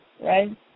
right